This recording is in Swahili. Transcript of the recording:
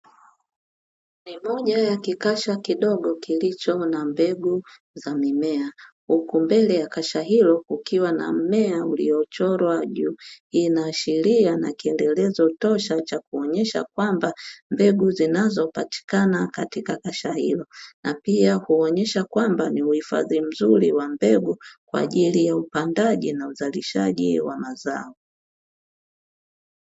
Ni moja ya kikasha kidogo kilicho ja mbegu za mimea, huku mbele ya kasha hilo kukiwa na mmea uliochorwa juu, hii inaashiria ni kielelezo tosha cha kuonyesha kwamba mbegu zinazopatikana katika kasha hilo na pia huonyesha kwamba ni uhifadhi mzuri wa mbegu kwa ajili ya upandaji na uzalishaji wa mazao.